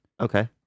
Okay